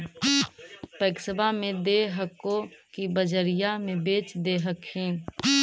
पैक्सबा मे दे हको की बजरिये मे बेच दे हखिन?